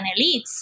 elites